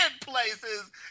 places